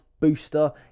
Booster